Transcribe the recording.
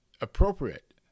appropriate